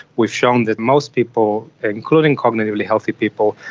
we've shown that most people, including cognitively healthy people,